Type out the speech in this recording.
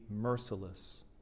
merciless